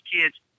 kids